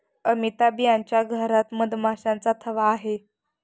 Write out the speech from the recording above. अमिताभ यांच्या घरात मधमाशांचा थवा आहे